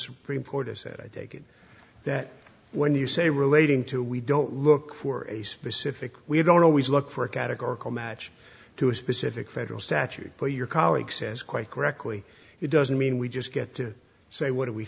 supreme court is that i take it that when you say relating to we don't look for a specific we don't always look for a categorical match to a specific federal statute for your colleague says quite correctly it doesn't mean we just get to say what do we